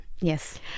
Yes